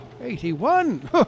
Eighty-one